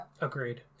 Agreed